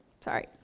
Sorry